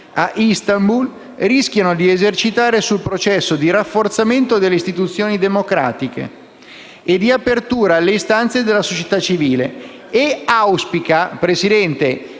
a Istanbul rischiano di esercitare sul processo di rafforzamento delle istituzioni democratiche e di apertura alle istanze della società civile, e auspica che il